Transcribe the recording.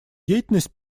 деятельность